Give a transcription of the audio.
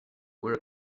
were